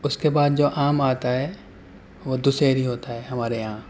اس کے بعد جو آم آتا ہے وہ دسہری ہوتا ہے ہمارے یہاں